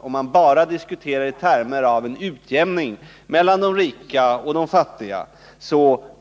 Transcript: Om man bara diskuterar i termer som gäller en utjämning mellan de 81 rika och de fattiga